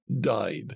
died